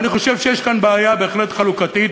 אני חושב שיש כאן בעיה בהחלט חלוקתית,